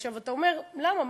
אתה אומר: למה?